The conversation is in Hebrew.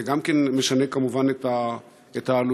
זה גם משנה כמובן את העלויות.